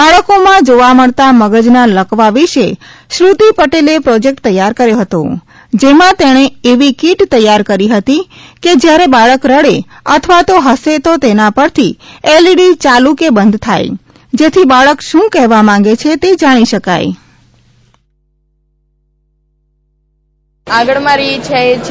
બાળકોમાં જોવા મળતા મગજના લકવા વિષે શ્રુતિ પટેલે પ્રોજેક્ટ તૈયાર કર્યો હતો જેમાં તેને એવી કીટ તૈયાર કરી હતી કે જ્યારે બાળક રડે અથવા તો હસે તો તેના પરથી એલઈડી ચાલુ કે બંધ થાય જેથી બાળક શુ કહેવા માંગે છે તે જાણી શકાય છે